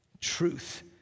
Truth